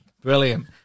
Brilliant